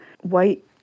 white